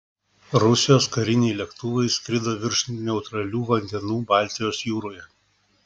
rusijos kariniai lėktuvai skrido virš neutralių vandenų baltijos jūroje